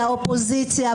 האופוזיציה,